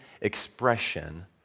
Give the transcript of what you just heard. expression